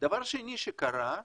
דבר שני שקרה,